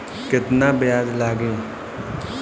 केतना ब्याज लागी?